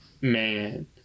man